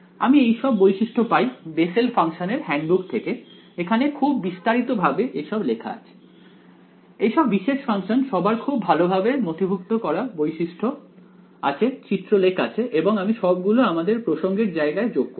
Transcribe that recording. আমি এইসব বৈশিষ্ট্য পাই বেসেল ফাংশন এর হ্যান্ডবুক থেকে এখানে খুব বিস্তারিত ভাবে এসব লেখা আছে এইসব বিশেষ ফাংশন সবার খুব ভালোভাবে নথিভূক্ত করা বৈশিষ্ট্য আছে চিত্রলেখ আছে এবং আমি সব গুলো আমাদের প্রসঙ্গের জায়গায় যোগ করব